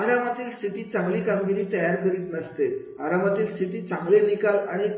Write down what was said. आरामातील स्थिती चांगली कामगिरी तयार करीत नसते आरामातील स्थिती चांगले निकाल आणि